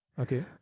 okay